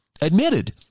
admitted